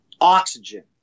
oxygen